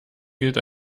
gilt